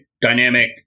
dynamic